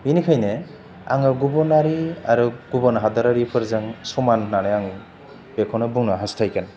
बेनिखायनो आङो गुबुनारि आरो गुबुन हादोरारिफोरजों समान होन्नानै आं बेखौनो बुंनो हास्थायगोन